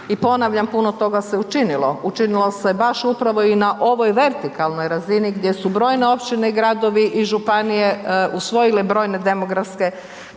i ponavljam, puno toga se učinilo, učinilo se baš upravo i na ovoj vertikalnoj razini gdje su brojne općine i gradovi i županije usvojile brojne demografske